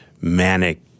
manic